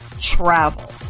travel